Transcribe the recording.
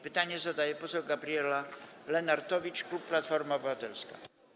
Pytanie zadaje poseł Gabriela Lenartowicz, klub Platforma Obywatelska.